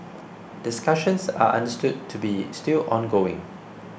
discussions are understood to be still ongoing